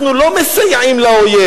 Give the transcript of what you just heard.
אנחנו לא מסייעים לאויב,